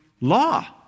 law